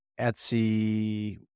Etsy